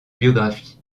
biographies